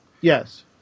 Yes